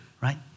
right